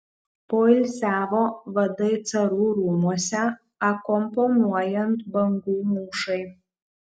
poilsiavo vadai carų rūmuose akompanuojant bangų mūšai